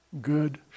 Good